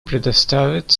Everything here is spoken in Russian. предоставить